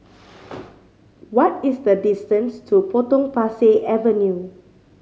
what is the distance to Potong Pasir Avenue